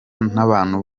n’abantu